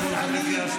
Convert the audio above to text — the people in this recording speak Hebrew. עם ווליד טאהא?